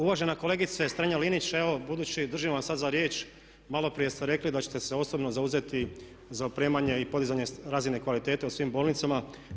Uvažena kolegice Strenja-Linić, evo budući, držim vas sada za riječ, malo prije ste rekli da ćete se osobno zauzeti za opremanje i podizanje razine kvalitete u svim bolnicama.